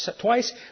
twice